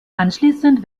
anschließend